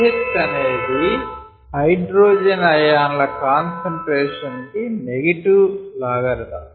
pH అనేది hydrogen ion ల concentration కి నెగటివ్ లాగర్థం